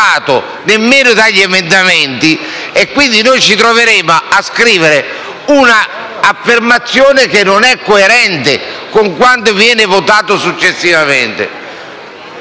nemmeno dagli emendamenti. Quindi, noi ci troveremo a scrivere un'affermazione che non è coerente con quanto viene votato successivamente.